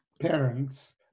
parents